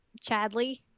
Chadley